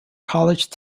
college